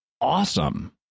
awesome